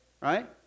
right